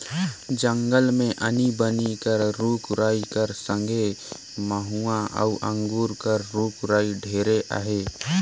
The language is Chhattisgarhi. जंगल मे आनी बानी कर रूख राई कर संघे मउहा अउ अंगुर कर रूख राई ढेरे अहे